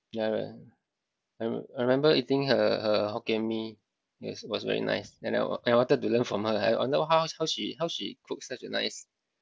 ya right I re~ I remember eating her her hokkien mee yes was very nice and I wa~ I wanted to learn from her I wonder how how she how she cooks such a nice